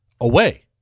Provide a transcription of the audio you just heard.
away